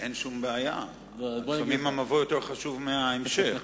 אין שום בעיה, לפעמים המבוא יותר חשוב מההמשך.